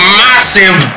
massive